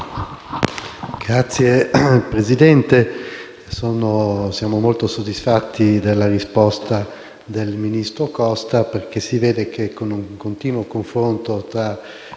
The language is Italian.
Signor Presidente, siamo molto soddisfatti della risposta del ministro Costa, perché dimostra come, con un continuo confronto tra